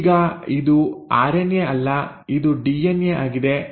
ಈಗ ಇದು ಆರ್ಎನ್ಎ ಅಲ್ಲ ಇದು ಡಿಎನ್ಎ ಆಗಿದೆ